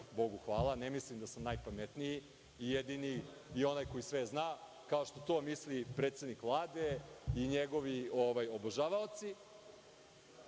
Bogu hvala ne mislim da sam najpametniji, jedini i onaj koji sve zna, kao što to misli predsednik Vlade i njegovi obožavaoci,